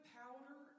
powder